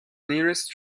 nearest